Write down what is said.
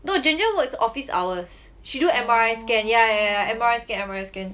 but jen jen work is office hours she do M_R_I scan yeah yeah yeah M_R_I scan M_R_I scan